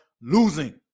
losing